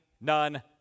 none